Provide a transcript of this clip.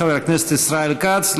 חבר הכנסת ישראל כץ,